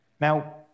Now